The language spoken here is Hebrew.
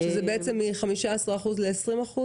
שזה בעצם מ-15% ל-20%?